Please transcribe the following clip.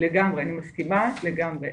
אני מסכימה לגמרי.